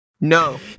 No